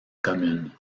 commune